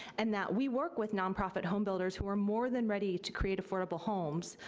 and that we work with nonprofit home builders who are more than ready to create affordable homes,